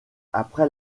après